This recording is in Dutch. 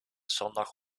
zondag